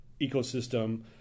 ecosystem